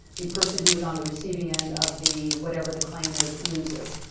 the person who was on the receiving end of the, whatever the claim is, loses.